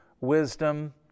wisdom